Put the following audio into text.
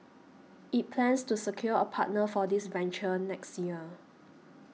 it plans to secure a partner for this venture next year